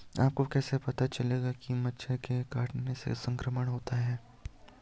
आपको कैसे पता चलेगा कि मच्छर के काटने से संक्रमण होता है?